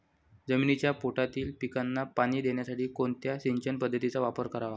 जमिनीच्या पोटातील पिकांना पाणी देण्यासाठी कोणत्या सिंचन पद्धतीचा वापर करावा?